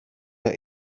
der